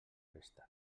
préstec